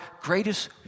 greatest